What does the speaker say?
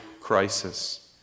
crisis